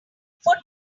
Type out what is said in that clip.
foot